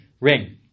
ring